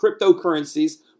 cryptocurrencies